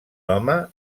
home